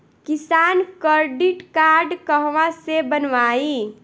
किसान credit card कहवा से बनवाई?